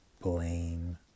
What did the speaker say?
blame